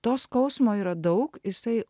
to skausmo yra daug jisai